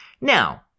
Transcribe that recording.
Now